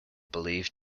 believed